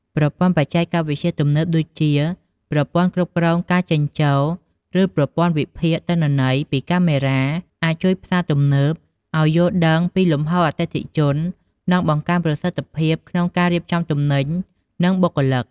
ប្រព័ន្ធបច្ចេកវិទ្យាទំនើប ដូចជាប្រព័ន្ធគ្រប់គ្រងការចូលចេញ ឬប្រព័ន្ធវិភាគទិន្នន័យពីកាមេរ៉ា អាចជួយផ្សារទំនើបឱ្យយល់ដឹងពីលំហូរអតិថិជន និងបង្កើនប្រសិទ្ធភាពក្នុងការរៀបចំទំនិញ និងបុគ្គលិក។